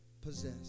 possess